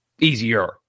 Easier